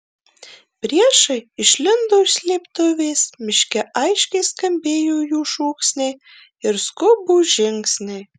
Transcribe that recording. priešai išlindo iš slėptuvės miške aiškiai skambėjo jų šūksniai ir skubūs žingsniai